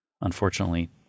unfortunately